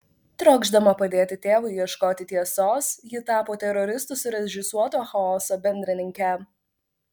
trokšdama padėti tėvui ieškoti tiesos ji tapo teroristų surežisuoto chaoso bendrininke